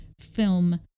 Film